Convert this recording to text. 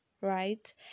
Right